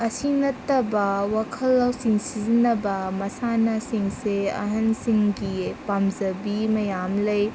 ꯑꯁꯤ ꯅꯠꯇꯕ ꯋꯥꯈꯜ ꯂꯧꯁꯤꯡ ꯁꯤꯖꯤꯟꯅꯕ ꯃꯁꯥꯟꯅꯁꯤꯡꯁꯦ ꯑꯍꯟꯁꯤꯡꯒꯤ ꯄꯥꯝꯖꯕꯤ ꯃꯌꯥꯝ ꯂꯩ